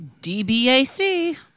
DBAC